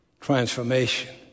transformation